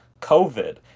COVID